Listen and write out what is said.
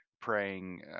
praying